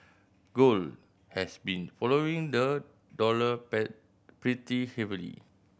gold has been following the dollar pretty heavily